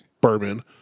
bourbon